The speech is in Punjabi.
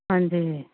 ਹਾਂਜੀ